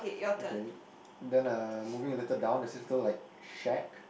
okay then uh moving a little down there's this little like shack